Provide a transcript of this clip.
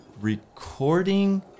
recording